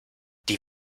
die